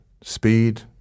speed